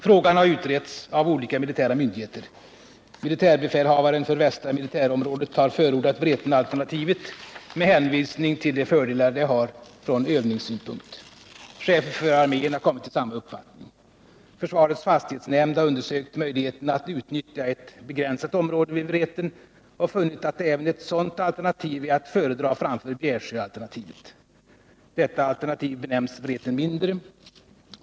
Frågan har utretts av olika militära myndigheter. Militärbefälhavaren för Västra militärområdet har förordat Vretenalternativet med hänvisning till de fördelar det har från övningssynpunkt. Chefen för armén har kommit till samma uppfattning. Försvarets fastighetsnämnd har undersökt möjligheten att utnyttja ett begränsat område vid Vreten och funnit att även ett sådant alternativ är att föredra framför Bjärsjöalternativet. Detta alternativ benämns Vreten mindre.